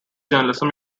journalism